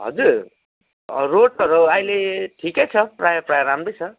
हजुर रोडहरू अहिले ठिकै छ प्रायः प्रायः राम्रै छ